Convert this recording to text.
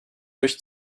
durch